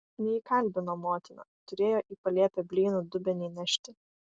neįkalbino motina turėjo į palėpę blynų dubenį nešti